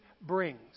brings